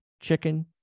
chicken